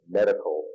medical